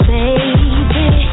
baby